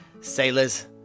sailors